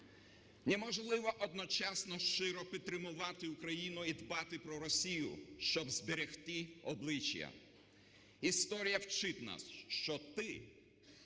Неможливо одночасно щиро підтримувати Україну і дбати про Росію, щоб зберегти обличчя. Історія вчить нас, що той,